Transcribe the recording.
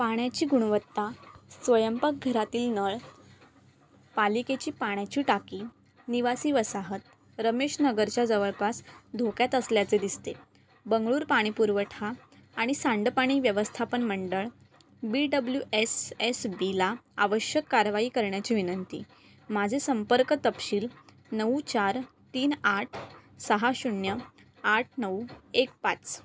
पाण्याची गुणवत्ता स्वयंपाक घरातील नळ पालिकेची पाण्याची टाकी निवासी वसाहत रमेशनगरच्या जवळपास धोक्यात असल्याचे दिसते बंगळूर पाणीपुरवठा आणि सांडपाणी व्यवस्थापन मंडळ B W S S B ला आवश्यक कारवाई करण्याची विनंती माझे संपर्क तपशील नऊ चार तीन आठ सहा शून्य आठ नऊ एक पाच